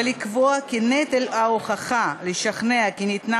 ולקבוע כי נטל ההוכחה לשכנע כי ניתנה